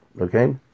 Okay